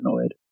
annoyed